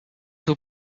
will